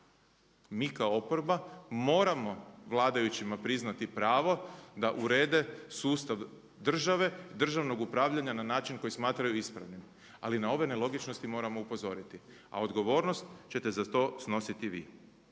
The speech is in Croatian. mi kao oporba moramo vladajućima priznati pravo da urede sustav države i državnog upravljanja na način koji smatraju ispravnim. Ali na ove nelogičnosti moramo upozoriti, a odgovornost ćete za to snositi vi.